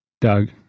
Doug